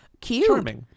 cute